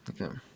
Okay